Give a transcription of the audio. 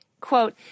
quote